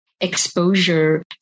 exposure